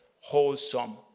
wholesome